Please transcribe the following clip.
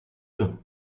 you